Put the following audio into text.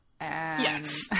Yes